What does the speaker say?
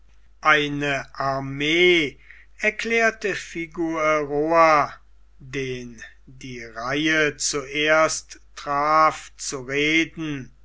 eine armee erklärte figueroa den die reihe zuerst traf zu reden